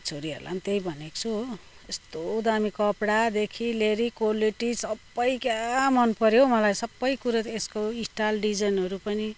छोरीहरूलाई पनि त्यही भनेको छु हो यस्तो दामी कपडादेखि लिएर क्वालिटी सबै क्या मनपर्यो हौ मलाई सबै कुरो यसको स्टाइल डिजाइनहरू पनि